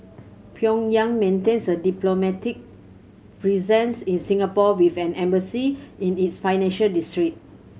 Pyongyang maintains a diplomatic presence in Singapore with an embassy in its financial district